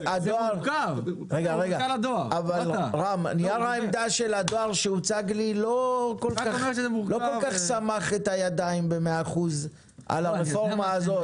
נייר העמדה של הדואר שהוצג לי לא סמך את הידיים ב-100% על הרפורמה הזאת.